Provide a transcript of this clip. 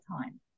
time